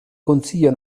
consiglio